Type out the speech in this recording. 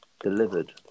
delivered